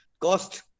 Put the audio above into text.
Cost